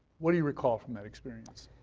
what do you recall from that experience?